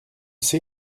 see